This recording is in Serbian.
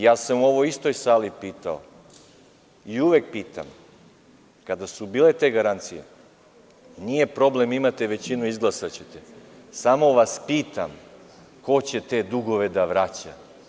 Ja sam u ovoj istoj sali pitao i uvek pitam, kada su bile te garancije, nije problem, imate većinu, izglasaćete, samo vas pitam – ko će te dugove da vraća?